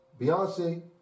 Beyonce